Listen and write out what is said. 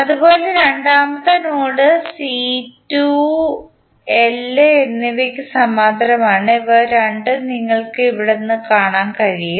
അതുപോലെ രണ്ടാമത്തെ node C 2 L എന്നിവയ്ക്ക് സമാന്തരമാണ് ഇവ രണ്ടും നിങ്ങൾക്ക് ഇവിടെ നിന്ന് കാണാൻ കഴിയും